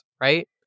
right